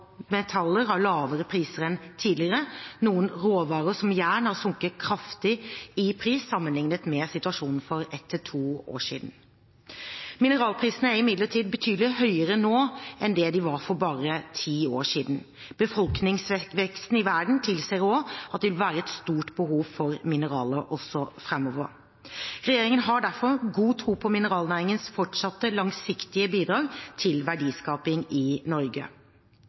metaller har lavere priser enn tidligere. Noen råvarer, som jern, har sunket kraftig i pris sammenlignet med situasjonen for ett–to år siden. Mineralprisene er imidlertid betydelig høyere nå enn det de var for bare ti år siden. Befolkningsveksten i verden tilsier også at det vil være et stort behov for mineraler også framover. Regjeringen har derfor god tro på mineralnæringens fortsatte langsiktige bidrag til verdiskapingen i Norge.